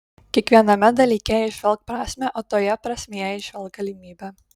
kiekviename dalyke įžvelk prasmę o toje prasmėje įžvelk galimybę